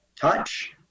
touch